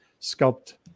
sculpt